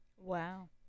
Wow